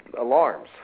alarms